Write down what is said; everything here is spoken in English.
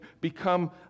become